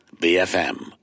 BFM